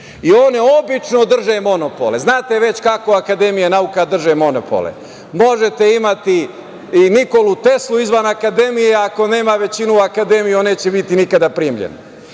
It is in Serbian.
i one obično drže monopole. Znate već kako akademije nauka drže monopole. Možete imati i Nikolu Teslu izvan akademije, ako nema većinu u akademiji on neće biti nikada primljen.